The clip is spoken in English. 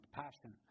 passion